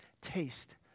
taste